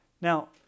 Now